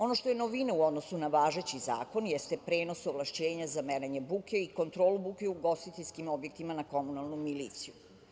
Ono što je novina u odnosu na važeći zakon jeste prenos ovlašćenja za merenje buke i kontrolu buke u ugostiteljskim objektima na komunalnu miliciju.